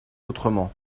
autrement